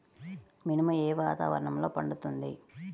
మినుము ఏ వాతావరణంలో పండుతుంది?